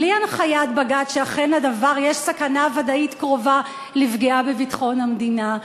בלי הנחיית בג"ץ שאכן יש בדבר סכנה ודאית קרובה לפגיעה בביטחון המדינה,